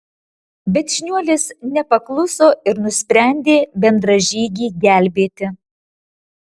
bet šniuolis nepakluso ir nusprendė bendražygį gelbėti